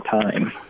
time